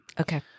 Okay